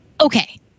okay